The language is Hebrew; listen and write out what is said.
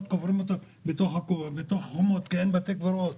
וקוברים אותם בתוך החומות כי אין בתי קברות.